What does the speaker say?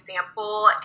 example